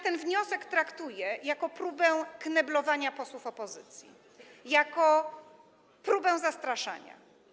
Ten wniosek traktuję jako próbę kneblowania posłów opozycji, jako próbę zastraszania.